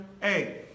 Hey